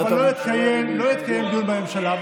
לא התקיים דיון בממשלה,